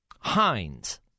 Heinz